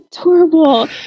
adorable